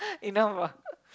enough lah